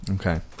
Okay